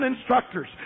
instructors